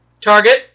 Target